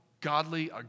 godly